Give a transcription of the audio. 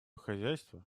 хозяйство